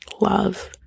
love